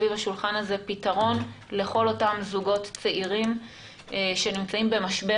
השולחן הזה פתרון לכל אותם זוגות צעירים שנמצאים עכשיו במשבר,